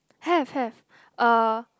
have have uh